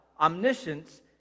omniscience